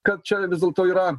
kad čia vis dėlto yra